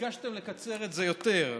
יותר,